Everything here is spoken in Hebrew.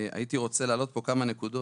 הייתי רוצה להעלות פה כמה נקודות,